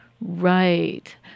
Right